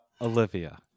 Olivia